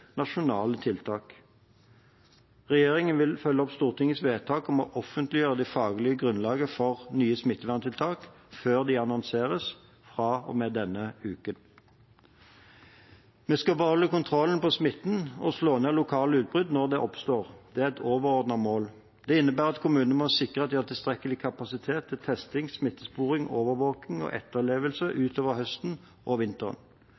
nasjonale tiltak. Regjeringen vil følge opp Stortingets vedtak om å offentliggjøre det faglige grunnlaget for nye smitteverntiltak før de annonseres, fra og med denne uken. Vi skal beholde kontrollen på smitten og slå ned lokale utbrudd når de oppstår. Det er et overordnet mål. Det innebærer at kommunene må sikre at de har tilstrekkelig kapasitet til testing, smittesporing, overvåking og etterlevelse utover høsten og vinteren.